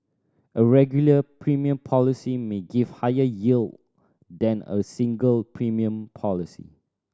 a regular premium policy may give higher yield than a single premium policy